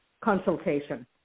consultation